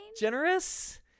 generous